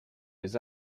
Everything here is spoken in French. des